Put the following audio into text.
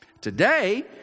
Today